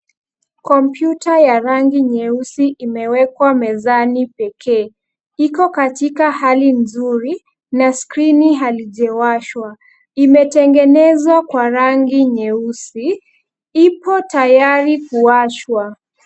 Kompyuta ya rangi nyeusi imewekwa mezani pekee. Iko katika hali nzuri na skrini halijawashwa. Imetengenezwa kwa rangi nyeusi. Ipo tayari kuwashwa.